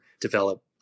develop